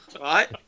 Right